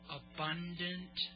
abundant